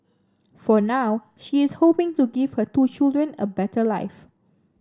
for now she is hoping to give her two children a better life